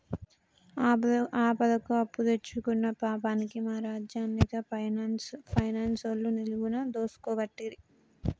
ఆపదకు అప్పుదెచ్చుకున్న పాపానికి మా రాజన్ని గా పైనాన్సోళ్లు నిలువున దోసుకోవట్టిరి